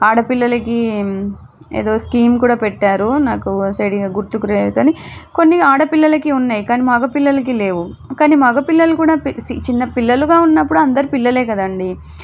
ఆడ పిల్లలకి ఏదో స్కీమ్ కూడా పెట్టారు నాకు సరిగా గుర్తుకు లేదు కానీ కొన్నీ ఆడ పిల్లలకి ఉన్నయి కానీ మగ పిల్లలకి లేవు కానీ మగ పిల్లలు కూడా సీ చిన్న పిల్లలుగా ఉన్నప్పుడు అందరూ పిల్లలే కదండీ